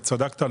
וצדקת,